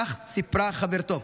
כך סיפרה חברתו: